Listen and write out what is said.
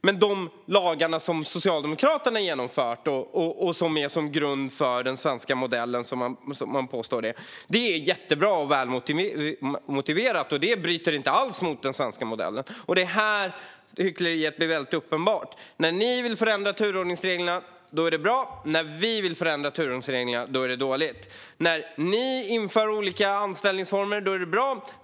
Men de lagändringar som Socialdemokraterna har genomfört och som man påstår är grunden för den svenska modellen är jättebra och väl motiverade, och det man vill göra nu bryter inte alls mot den svenska modellen. Det är här hyckleriet blir uppenbart. När ni vill förändra turordningsreglerna är det bra. När vi vill förändra turordningsreglerna är det dåligt. När ni vill införa olika anställningsformer är det bra.